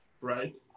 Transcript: right